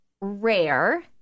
rare